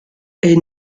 est